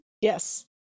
Yes